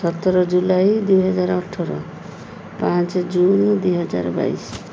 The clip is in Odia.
ସତର ଜୁଲାଇ ଦୁଇ ହଜାର ଅଠର ପାଞ୍ଚ ଜୁନ୍ ଦୁଇ ହଜାର ବାଇଶି